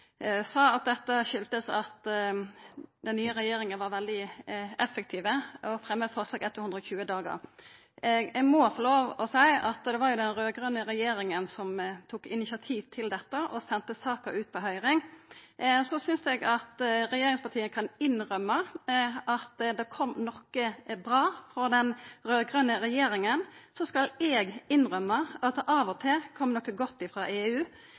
sa at dette kjem av at den nye regjeringa var veldig effektiv og fremma eit forslag etter 120 dagar. Eg må få lov til å seia at det var jo den raud-grøne regjeringa som tok initiativ til dette og sende saka ut på høyring. Så synest eg at regjeringspartia kan innrømma at det kom noko bra frå den raud-grøne regjeringa. Så skal eg innrømma at det av og til kom noko godt frå EU,